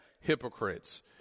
hypocrites